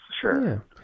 Sure